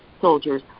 soldiers